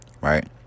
right